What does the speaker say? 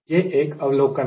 यह एक अवलोकन है